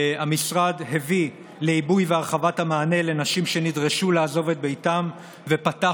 המשרד הביא לעיבוי ולהרחבת המענה לנשים שנדרשו לעזוב את ביתן ופתח,